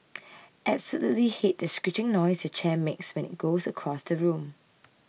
absolutely hate the screeching noise your chair makes when it goes across the room